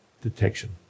detection